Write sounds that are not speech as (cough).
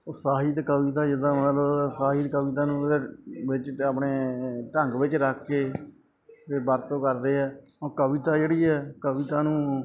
ਸਾਹਿਤ ਕਵਿਤਾ ਜਿੱਦਾਂ ਮਤਲਬ ਸਾਹਿਤ ਕਵਿਤਾ ਨੂੰ ਵਿੱਚ ਆਪਣੇ ਢੰਗ ਵਿੱਚ ਰੱਖ ਕੇ (unintelligible) ਵਰਤੋਂ ਕਰਦੇ ਹੈ ਉਹ ਕਵਿਤਾ ਜਿਹੜੀ ਹੈ ਕਵਿਤਾ ਨੂੰ